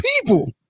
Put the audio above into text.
people